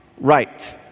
Right